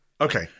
Okay